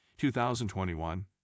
2021